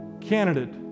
candidate